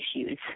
issues